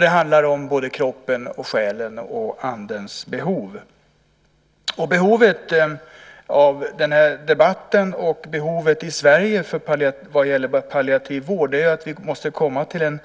Det handlar om både kropp och själ och om andens behov. Behovet av denna debatt och behovet i Sverige vad gäller palliativ vård handlar om att vi måste komma till en